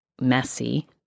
messy